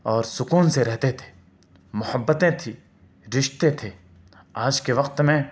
اور سکون سے رہتے تھے محبتیں تھی رشتے تھے آج کے وقت میں